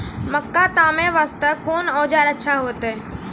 मक्का तामे वास्ते कोंन औजार अच्छा होइतै?